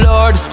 Lord